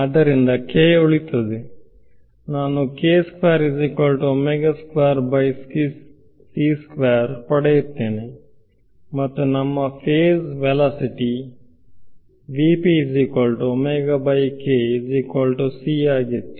ಆದ್ದರಿಂದ k ಉಳಿಯುತ್ತದೆ ನಾನು ಪಡೆಯುತ್ತೇನೆ ಮತ್ತು ನಮ್ಮ ಫೇಸ್ ವೆಲಾಸಿಟಿ ಯಾಗಿತ್ತು